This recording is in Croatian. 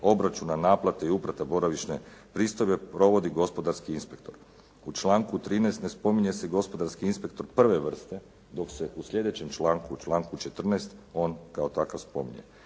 obračuna, naplate i uplata boravišne pristojbe provodi gospodarski inspektor. U članku 13. ne spominje se gospodarski inspektor prve vrste, dok se u sljedećem članku, članku 14. on kao takav spominje.